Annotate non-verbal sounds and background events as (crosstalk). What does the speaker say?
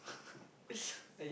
(laughs) !aiyo!